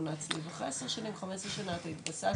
העצמי ואחרי עשר שנים או 15 שנה אתה התבססת,